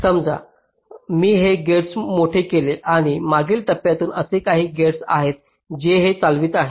समजा मी हे गेट्स मोठे केले आणि मागील टप्प्यातून असे काही गेट्स आहेत जे हे चालवित आहेत